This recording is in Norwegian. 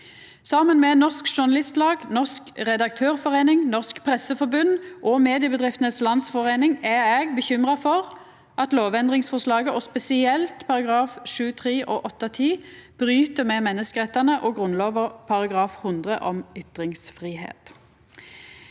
Saman med Norsk Journalistlag, Norsk Redaktørforeining, Norsk Presseforbund og Mediebedriftenes Landsforeining er eg bekymra for at lovendringsforslaget, og spesielt §§ 7-3 og 8-10, bryt med menneskerettane og Grunnlova § 100 om ytringsfridom.